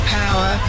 power